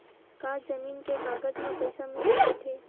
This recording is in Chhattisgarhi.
का जमीन के कागज म पईसा मिल सकत हे?